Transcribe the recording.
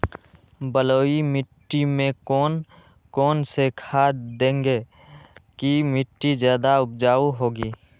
बलुई मिट्टी में कौन कौन से खाद देगें की मिट्टी ज्यादा उपजाऊ होगी?